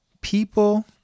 people